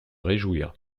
réjouir